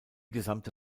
gesamte